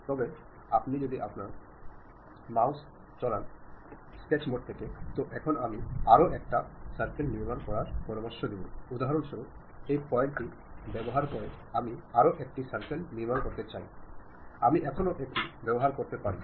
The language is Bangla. তবে আপনি যদি আপনার মাউস চলেন সার্কেল মোডে তো তখন আমি আরও একটা সার্কেল নির্মাণ করার পরামর্শ দিবো উদাহরণস্বরূপ এই পয়েন্টটি ব্যবহার করে আমি আরও একটি সার্কেল নির্মাণ করতে চাই আমি এখনও এটি ব্যবহার করতে পারি